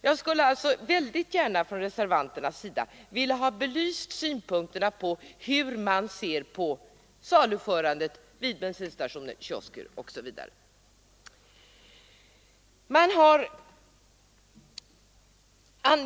Jag skulle därför mycket gärna se att reservanterna gav besked om hur man ser på saluförandet vid bensinstationer, kiosker osv.